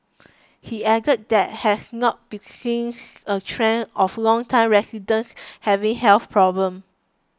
he added that has not be since a trend of longtime residents having health problems